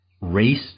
Race